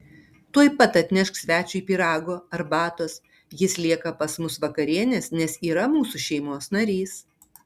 tuoj pat atnešk svečiui pyrago arbatos jis lieka pas mus vakarienės nes yra mūsų šeimos narys